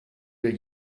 wir